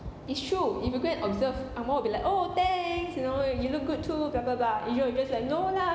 it's true if you go and observe ang moh will be like oh thanks you know you look good to blah blah blah asians will just like no lah